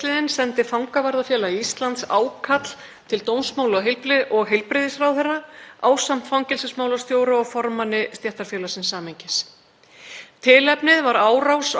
Tilefnið var árás á fangaverði á Hólmsheiði í sama mánuði. Í bréfinu lýsir stjórn fangavarðafélagsins þungum áhyggjum af öryggismálum í fangelsum landsins.